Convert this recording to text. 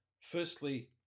firstly